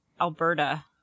Alberta